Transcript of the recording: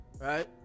right